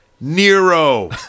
Nero